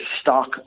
stock